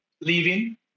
leaving